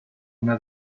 una